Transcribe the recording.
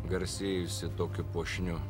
garsėjusi tokiu puošniu